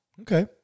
Okay